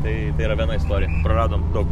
tai tai yra viena istorija praradom daug